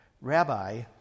Rabbi